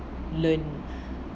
learn